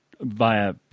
via